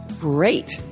Great